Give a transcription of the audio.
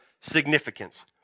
significance